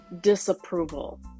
disapproval